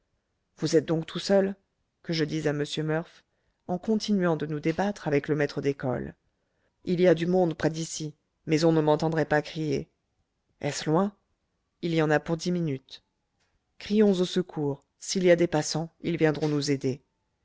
vous êtes donc tout seul que je dis à m murph en continuant de nous débattre avec le maître d'école il y a du monde près d'ici mais on ne m'entendrait pas crier est-ce loin il y en a pour dix minutes crions au secours s'il y a des passants ils viendront nous aider